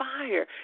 fire